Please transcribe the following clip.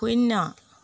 শূন্য